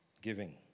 giving